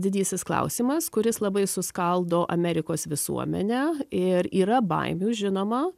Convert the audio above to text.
didysis klausimas kuris labai suskaldo amerikos visuomenę ir yra baimių žinoma